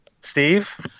Steve